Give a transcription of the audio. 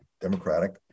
Democratic